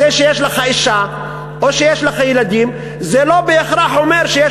זה שיש לך אישה או שיש לך ילדים זה לא בהכרח אומר שיש